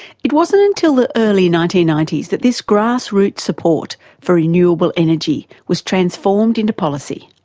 it wasn't until the early nineteen ninety s that this grassroots support for renewable energy was transformed into policy.